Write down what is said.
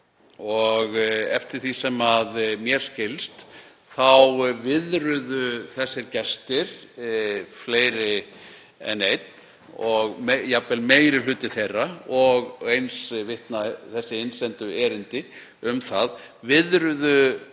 Eftir því sem mér skilst þá viðruðu þessir gestir, fleiri en einn og jafnvel meiri hluti þeirra, og eins vitna þessi innsendu erindi um það,